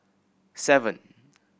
seven